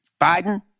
Biden